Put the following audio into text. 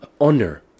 honor